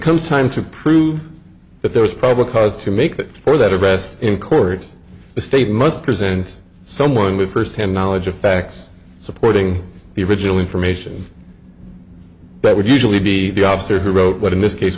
comes time to prove that there was probable cause to make that or that arrest in court the state must present someone with first hand knowledge of facts supporting the original information but would usually be the officer who wrote what in this case